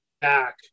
back